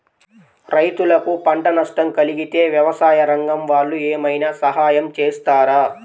రైతులకు పంట నష్టం కలిగితే వ్యవసాయ రంగం వాళ్ళు ఏమైనా సహాయం చేస్తారా?